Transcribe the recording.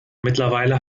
mittlerweile